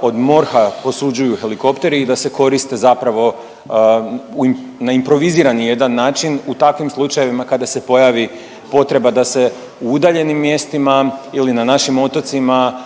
od MORH-a posuđuju helikopteri i da se koriste zapravo na improvizirani jedan način u takvim slučajevima kada se pojavi potreba da se u udaljenim mjestima ili na našim otocima